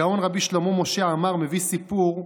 הגאון רבי שלמה משה עמר מביא סיפור,